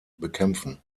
bekämpfen